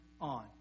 on